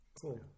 Cool